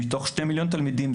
מתוך שני מיליון תלמידים,